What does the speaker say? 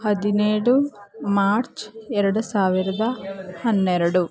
ಹದಿನೇಳು ಮಾರ್ಚ್ ಎರಡು ಸಾವಿರದ ಹನ್ನೆರಡು